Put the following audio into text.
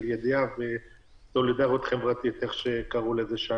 ידיעה וסולידריות חברתית איך שקראו לזה.